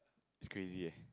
it's crazy eh